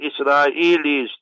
Israelis